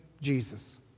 Jesus